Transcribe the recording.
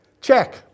Check